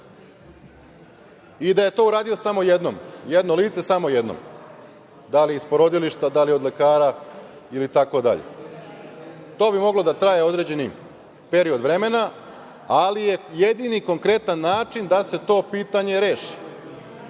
i da je to uradio samo jednom, jedno lice samo jednom, da li iz porodilišta, da li od lekara ili itd. To bi moglo da traje određeni period vremena, ali je jedini konkretan način da se to pitanje reši. Druga